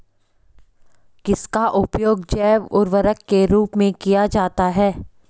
किसका उपयोग जैव उर्वरक के रूप में किया जाता है?